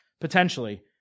potentially